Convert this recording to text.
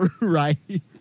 right